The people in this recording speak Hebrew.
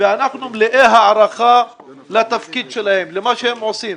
ואנחנו מלאי הערכה לתפקיד שלהם ולמה שהם עושים.